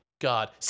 God